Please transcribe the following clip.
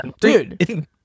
dude